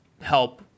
help